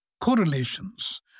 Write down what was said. correlations